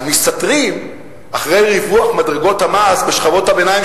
אז מסתתרים מאחורי ריווח מדרגות המס בשכבות הביניים,